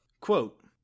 quote